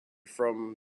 from